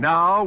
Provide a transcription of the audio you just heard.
Now